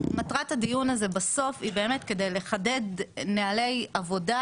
מטרת הדיון הזה היא בסוף היא באמת כדי לחדד נהלי עבודה